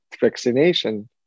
vaccination